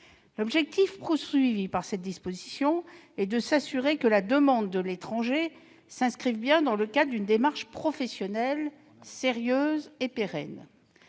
L'objectif est de s'assurer que la demande de l'étranger s'inscrive bien dans le cadre d'une démarche professionnelle sérieuse et pérenne.